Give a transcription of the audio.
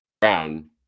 Brown